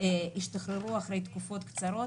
השתחררו אחרי תקופות קצרות,